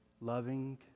Loving